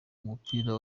umupira